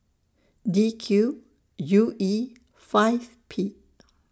D Q U E five P